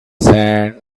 sand